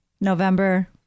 November